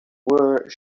where